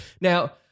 Now